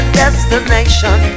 destination